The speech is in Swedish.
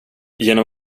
genom